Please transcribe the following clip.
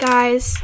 Guys